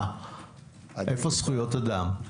איפה זכויות אדם?